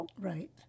Right